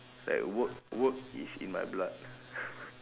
like work work is in my blood